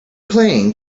playing